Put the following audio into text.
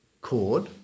chord